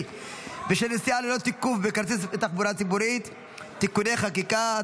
בשל נסיעה ללא תיקוף כרטיס בתחבורה ציבורית (תיקוני חקיקה),